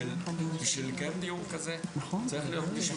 בשביל לקיים דיון כזה צריך להיות מישהו